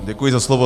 Děkuji za slovo.